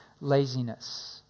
laziness